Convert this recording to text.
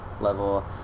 level